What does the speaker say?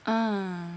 ah